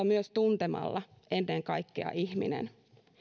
myös tuntemalla ennen kaikkea ihminen